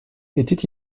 étaient